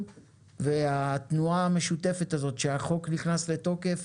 והתנועה המשותפת הזאת שהחוק נכנס לתוקף